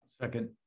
second